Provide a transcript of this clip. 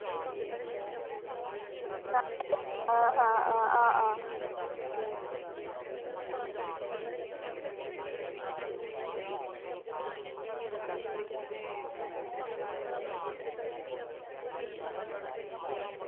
आं आं आं